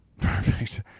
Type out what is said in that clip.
Perfect